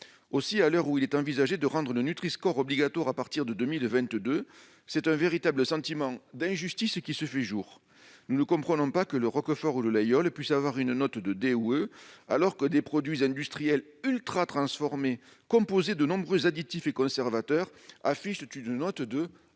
Aussi, à l'heure où il est envisagé de rendre le Nutri-score obligatoire à partir de 2022, c'est un véritable sentiment d'injustice qui se fait jour. Nous ne comprenons pas que le roquefort ou le laguiole puissent recevoir une note de D ou E, alors que des produits industriels ultratransformés, composés de nombreux additifs et conservateurs, affichent une note de A